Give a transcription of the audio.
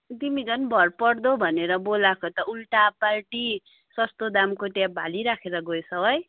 तिमी झन् भरपर्दो भनेर बोलाएको त उल्टापाल्टी सस्तो दामको ट्याप हालिराखेर गएछौ है